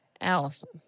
Allison